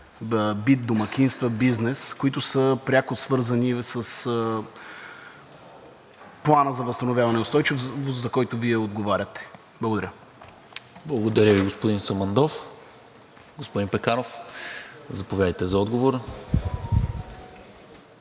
бит, домакинства, бизнес, които са пряко свързани с Плана за възстановяване и устойчивост, за който Вие отговаряте? Благодаря. ПРЕДСЕДАТЕЛ НИКОЛА МИНЧЕВ: Благодаря Ви, господин Самандов. Господин Пеканов, заповядайте за отговор.